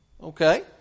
Okay